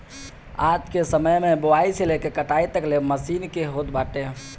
आजके समय में बोआई से लेके कटाई तकले मशीन के होत बाटे